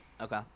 Okay